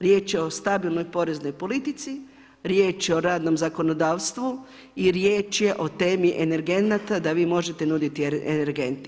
Riječ je o stabilnoj poreznoj politici, riječ je o radnom zakonodavstvu i riječ je o temi energenata, da vi možete nuditi energent.